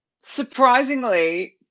surprisingly